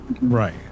Right